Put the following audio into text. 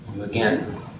again